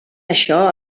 això